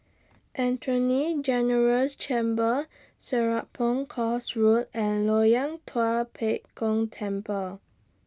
Attorney General's Chambers Serapong Course Road and Loyang Tua Pek Kong Temple